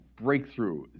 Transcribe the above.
breakthrough